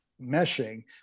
meshing